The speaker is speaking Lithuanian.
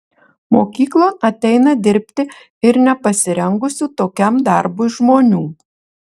mokyklon ateina dirbti ir nepasirengusių tokiam darbui žmonių